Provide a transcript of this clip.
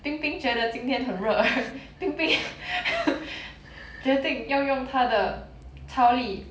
冰冰觉得今天很热 冰冰决定要用他的超力